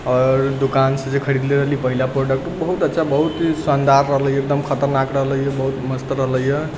आओर दोकानसँ जे खरीदले रहली पहिला प्रोडक्ट बहुत अच्छा बहुत शानदार रहलैए एकदम खतरनाक रहलैए बहुत मस्त रहलैए